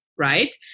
Right